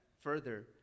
further